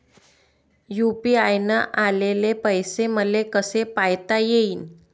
UPI न आलेले पैसे मले कसे पायता येईन?